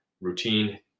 routine